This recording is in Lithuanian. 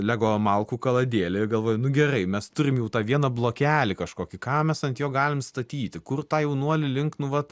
lego malkų kaladėlė galvoju nu gerai mes turime jau tą vieną blokelį kažkokį ką mes ant jo galime statyti kur tą jaunuolį link nu vat